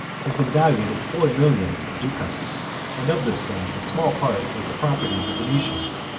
has been valued at four millions of ducats and of this sum a small part was the property of the venetians,